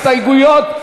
הסתייגויות,